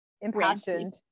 impassioned